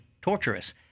torturous